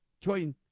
join